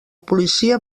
policia